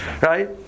Right